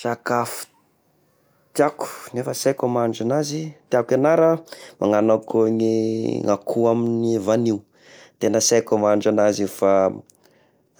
Sakafo tiako nefa sy aiko ny amahandro agnazy, tiako hianara, magnano akoho ny akoho amin'ny vanio, tegna sy aiko amahandro azy fa